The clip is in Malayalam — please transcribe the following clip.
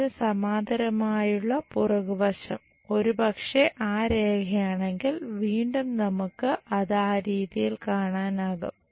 അതിനു സമാന്തരമായുള്ള പുറകുവശം ഒരുപക്ഷേ ആ രേഖയാണെങ്കിൽ വീണ്ടും നമുക്ക് അത് ആ രീതിയിൽ കാണാനാകും